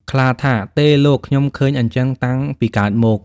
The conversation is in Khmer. ខ្លាថា៖ "ទេលោក! ខ្ញុំឃើញអីចឹងតាំងពីកើតមក"។